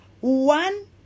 one